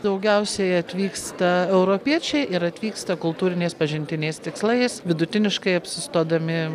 daugiausiai atvyksta europiečiai ir atvyksta kultūriniais pažintiniais tikslais vidutiniškai apsistodami